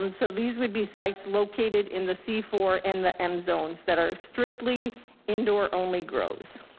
um so these would be sites located in the c four and the m zones that are strictly indoor-only grows.